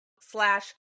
slash